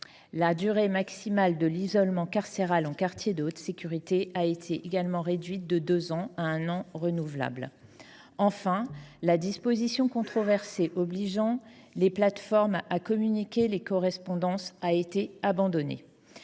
La durée maximale de l'isolement carcéral un quartier de haute sécurité a été également réduite de deux ans à un an renouvelable. Enfin, la disposition controversée obligeant les plateformes à communiquer les correspondances a été abandonnée.